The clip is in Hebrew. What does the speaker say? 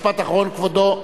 כבודו,